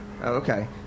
okay